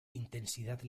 intensidad